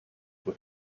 with